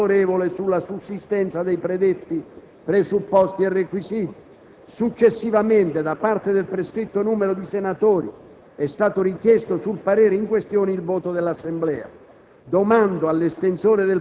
ha espresso parere favorevole sulla sussistenza dei predetti presupposti e requisiti. Successivamente, da parte del prescritto numero di senatori, è stato richiesto, sul parere in questione, il voto dell'Assemblea.